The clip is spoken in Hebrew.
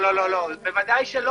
ההחלטה --- בוודאי שלא,